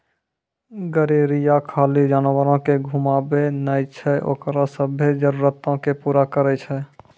गरेरिया खाली जानवरो के घुमाबै नै छै ओकरो सभ्भे जरुरतो के पूरा करै छै